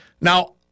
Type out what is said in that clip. Now